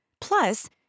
Plus